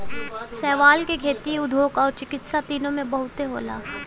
शैवाल क खेती, उद्योग आउर चिकित्सा तीनों में बहुते होला